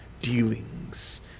dealings